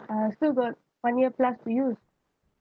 still got one year plus to use